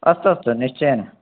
अस्तु अस्तु निश्चयेन